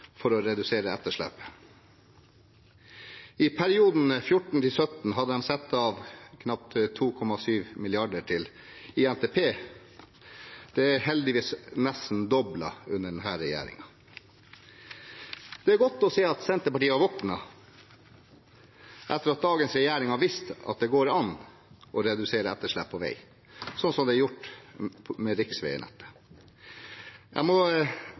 for å redusere etterslepet. I perioden 2014–2017 hadde de satt av knappe 2,7 mrd. kr til det i NTP. Det er heldigvis nesten doblet under denne regjeringen. Det er godt å se at Senterpartiet har våknet, etter at dagens regjering har vist at det går an å redusere etterslepet på vei, slik som det er gjort med riksveinettet. Jeg må